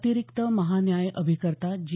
अतिरिक्त महान्यायअभिकर्ता जी